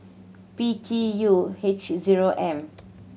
P T U H zero M